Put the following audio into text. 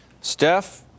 Steph